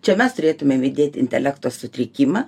čia mes turėtumėm įdėt intelekto sutrikimą